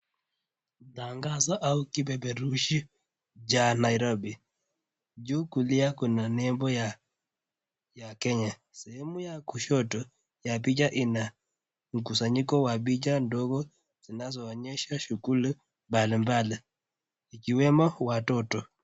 Tangazo au kipeperushi cha nairobi. Juu kulia kuna nembo ya kenya sehemu ya kushoto ya picha ina mkusanyiko wa picha ndogo zinazoonyesha shughuli mbali mbali ikiwemo watoto.